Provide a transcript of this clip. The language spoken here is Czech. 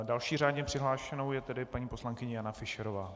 Další řádně přihlášenou je tedy paní poslankyně Jana Fischerová.